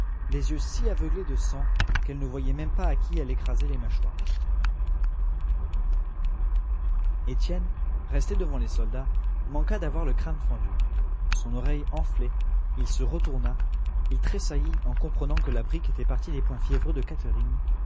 les yeux si aveuglés de sang qu'elle ne voyait même pas à qui elle écrasait les mâchoires étienne resté devant les soldats manqua d'avoir le crâne fendu son oreille enflait il se retourna il tressaillit en comprenant que la brique était partie des poings fiévreux de catherine